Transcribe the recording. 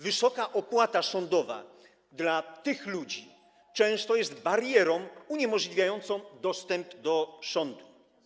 Wysoka opłata sądowa dla tych ludzi często jest barierą uniemożliwiającą dostęp do sądu.